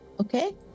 Okay